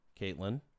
Caitlin